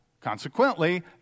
Consequently